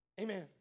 Amen